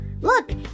look